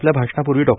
आपल्या भाषणापूर्वी डॉ